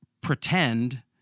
pretend